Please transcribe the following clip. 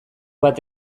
bat